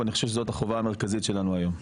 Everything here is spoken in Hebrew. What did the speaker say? ואני חושב שזאת החובה המרכזית שלנו היום.